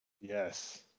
Yes